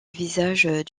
visage